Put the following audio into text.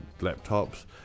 laptops